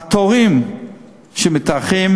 התורים שמתארכים